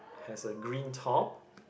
has a green top